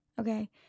okay